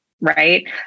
right